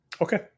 Okay